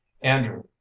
andrew